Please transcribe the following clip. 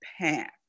path